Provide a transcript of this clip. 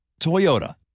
Toyota